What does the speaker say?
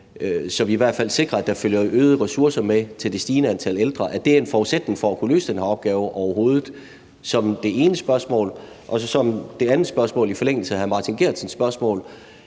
så vi i hvert fald sikrer, at der følger øgede ressourcer med til det stigende antal ældre, altså at det er en forudsætning for overhovedet at kunne løse den her opgave? Det er det ene spørgsmål. Det andet spørgsmål er i forlængelse af hr. Martin Geertsens spørgsmål: